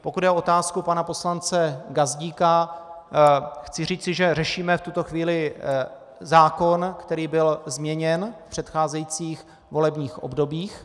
Pokud jde o otázku pana poslance Gazdíka, chci říci, že řešíme v tuto chvíli zákon, který byl změněn v předcházejících volebních obdobích.